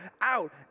out